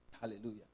Hallelujah